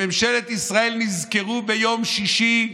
בממשלת ישראל נזכרו ביום שישי,